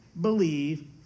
believe